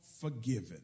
forgiven